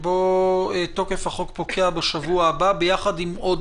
שבו תוקף החוק פוקע בשבוע הבא ביחד עם עוד